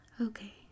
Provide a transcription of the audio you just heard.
Okay